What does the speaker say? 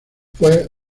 fue